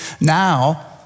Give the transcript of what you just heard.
now